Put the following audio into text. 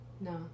No